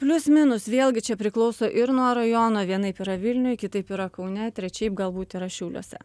plius minus vėlgi čia priklauso ir nuo rajono vienaip yra vilniuj kitaip yra kaune trečiaip galbūt yra šiauliuose